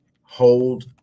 hold